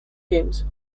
games